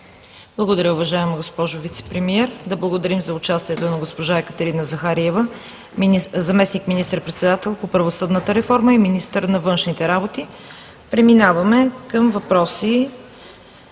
Благодаря, уважаема госпожо Вицепремиер. Да благодарим за участието на госпожа Екатерина Захариева – заместник министър-председател по правосъдната реформа и министър на външните работи. Преминаваме към въпроси